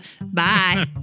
bye